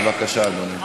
בבקשה, אדוני.